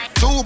Two